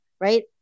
right